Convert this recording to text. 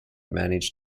managed